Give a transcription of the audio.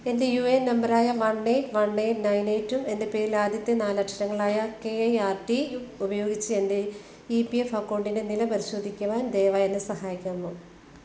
എൻ്റെ U A N നമ്പറായ one eight one eight nine eight two എൻ്റെ പേരിൽ ആദ്യത്തെ നാലക്ഷരങ്ങളായ കെ ആർ ടി ഉപയോഗിച്ച് എൻ്റെ ഇ പി എഫ് അക്കൗണ്ടിൻ്റെ നില പരിശോധിക്കുവാൻ ദയവായി എന്നെ സഹായിക്കാമോ